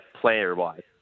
player-wise